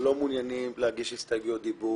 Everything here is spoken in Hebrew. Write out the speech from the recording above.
לא מעוניינים להגיש הסתייגויות דיבור.